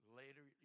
later